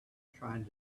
trying